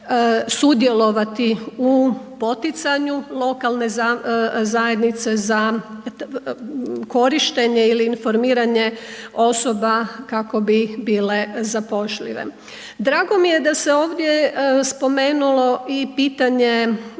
sudjelovati u poticanju lokalne zajednice za korištenje ili informiranje osoba kako bi bile zapošljive. Drago mi je da se ovdje spomenulo i pitanje